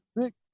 six